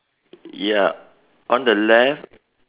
ya on the left